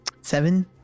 Seven